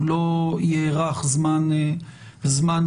הוא לא יארך זמן רב,